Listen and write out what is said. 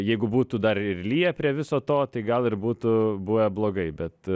jeigu būtų dar ir liję prie viso to tai gal ir būtų buvę blogai bet